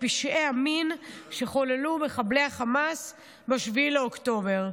פשעי המין שחוללו מחבלי החמאס ב-7 באוקטובר.